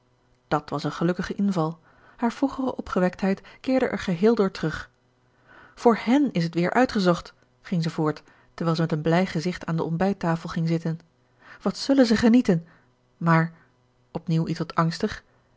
dat was een gelukkige inval haar vroegere opgewektheid keerde er geheel door terug voor hen is het weer uitgezocht ging ze voort terwijl ze met een blij gezicht aan de ontbijttafel ging zitten wat zullen ze genieten maar opnieuw ietwat